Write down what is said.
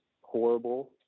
horrible